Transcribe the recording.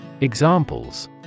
Examples